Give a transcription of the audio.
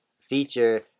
feature